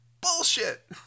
bullshit